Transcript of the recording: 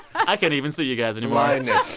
i can't even see you guys anymore blindness.